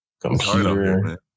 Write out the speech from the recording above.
computer